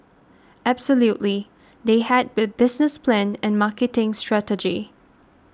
absolutely they had the business plan and marketing strategy